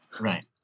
Right